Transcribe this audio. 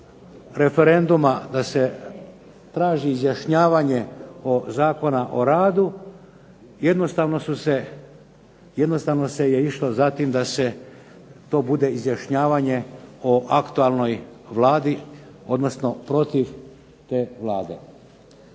referenduma da se traži izjašnjavanje o Zakona o radu, jednostavno se je išlo za tim da se to bude izjašnjavanje o aktualnoj Vladi, odnosno protiv te Vlade.